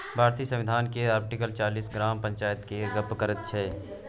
भारतीय संविधान केर आर्टिकल चालीस ग्राम पंचायत केर गप्प करैत छै